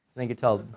think it tell,